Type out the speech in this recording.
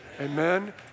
amen